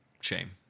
shame